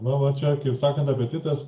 na va čia kaip sakant apetitas